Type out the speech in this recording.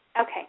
Okay